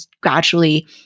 gradually